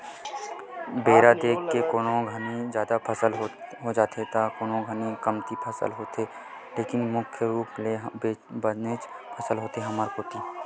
बेरा देख के कोनो घानी जादा फसल हो जाथे त कोनो घानी कमती होथे फसल ह लेकिन मुख्य रुप ले बनेच फसल होथे हमर कोती